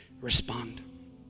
respond